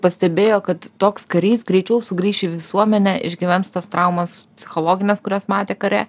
pastebėjo kad toks karys greičiau sugrįš į visuomenę išgyvens tas traumas psichologines kurias matė kare